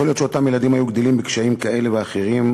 יכול להיות שאותם ילדים היו גדלים בקשיים כאלה ואחרים,